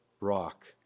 rock